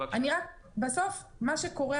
בסוף מה שקורה,